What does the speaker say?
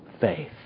faith